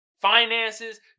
Finances